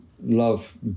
love